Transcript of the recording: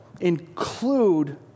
include